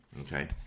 okay